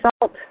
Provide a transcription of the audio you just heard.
salt